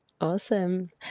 Awesome